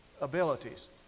abilities